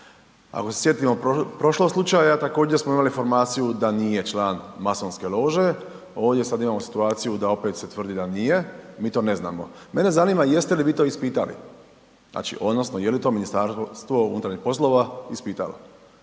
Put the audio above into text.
Ako se sjetimo prošlog slučaja, također, smo imali informaciju da nije član masonske lože, ovdje sad imamo situaciju da opet se tvrdi da nije. Mi to ne znamo. Mene zanima jeste li vi to ispitali. Znači, odnosno je li to MUP ispitalo?